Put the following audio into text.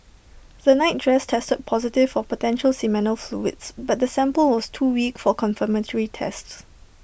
the nightdress tested positive for potential seminal fluids but the sample was too weak for confirmatory tests